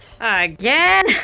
Again